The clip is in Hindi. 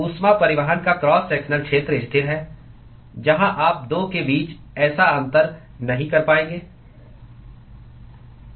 ऊष्मा परिवहन का क्रॉस सेक्शनल क्षेत्र स्थिर है जहां आप 2 के बीच ऐसा अंतर नहीं कर पाएंगे